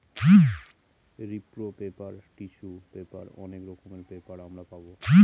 রিপ্র paper, tissue paper অনেক রকমের পেপার আমরা পাবো